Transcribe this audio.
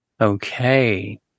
Okay